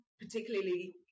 particularly